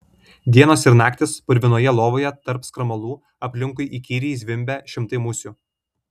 dienos ir naktys purvinoje lovoje tarp skarmalų aplinkui įkyriai zvimbia šimtai musių